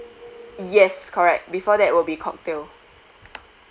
yes correct before that will be cocktail